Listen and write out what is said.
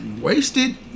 wasted